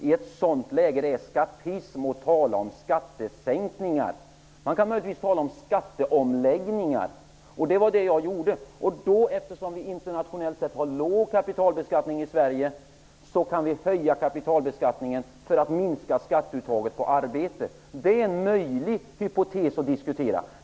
I ett sådant läge är det eskapism att tala om skattesänkningar. Man kan möjligtvis tala om skatteomläggningar. Det var detta jag gjorde. Eftersom vi internationellt sett har låg kapitalbeskattning i Sverige kan vi höja den för att minska skatteuttaget på arbete. Det är en möjlig hypotes att diskutera.